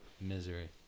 misery